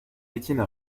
etienne